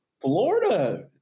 Florida